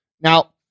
Now